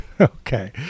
Okay